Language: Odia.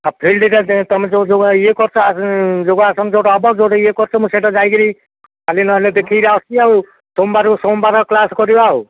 ଆଉ ଫିଲ୍ଡରେ ତୁମେ ଯେଉଁ ଯେଉଁ ଇଏ କରିଛ ଯୋଗାସନ ଯେଉଁଟା ହେବ ଯେଉଁଟା ଇଏ କରିଛ ମୁଁ ସେଇଟା ଯାଇକିରି କାଲି ନହେଲେ ଦେଖିକିରି ଆସିବି ଆଉ ସୋମବାରରୁ ସୋମବାର କ୍ଲାସ୍ କରିବା ଆଉ